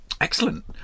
Excellent